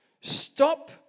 Stop